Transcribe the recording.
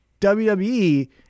WWE